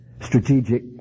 strategic